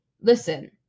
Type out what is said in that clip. listen